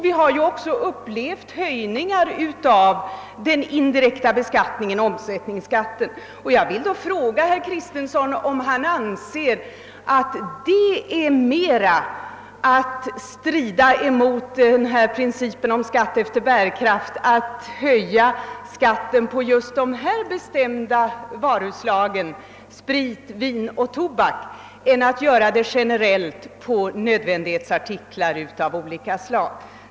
Vi har också upplevt höjningar av den indirekta beskattningen, omsättningsskatten och jag vill fråga herr Kristenson. om han anser att det strider mera emot principen om skatt efter bärkraft att höja skatten på just dessa bestämda varuslag — sprit, vin och tobak — än att göra det generellt på nödvändighetsartiklar av olika slag.